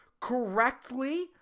correctly